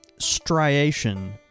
Striation